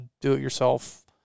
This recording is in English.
do-it-yourself